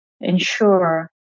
ensure